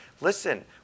Listen